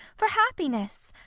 for happiness!